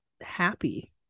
happy